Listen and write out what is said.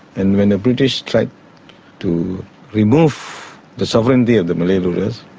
and when the british tried to remove the sovereignty of the malay rulers,